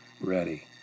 ready